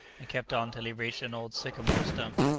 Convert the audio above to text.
and kept on till he reached an old sycamore-stump.